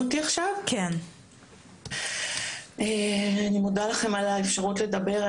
אני מודה לכם על האפשרות לדבר.